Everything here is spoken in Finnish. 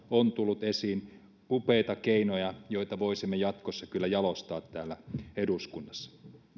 on tullut esiin upeita keinoja joita voisimme jatkossa kyllä jalostaa täällä eduskunnassa